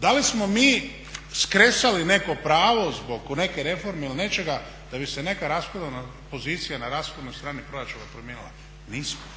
Da li smo mi skresali neko pravo zbog neke reforme ili nečega da bi se neka rashodovna pozicija na rashodnoj strani proračuna promijenila? Nismo.